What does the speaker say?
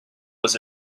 was